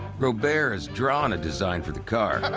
robert has drawn a design for the car.